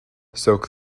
soak